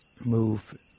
move